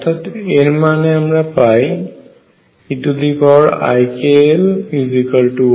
অর্থাৎ এর মানে আমরা পাই eikL1